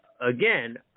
again